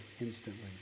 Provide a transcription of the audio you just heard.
instantly